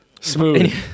smooth